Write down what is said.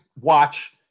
watch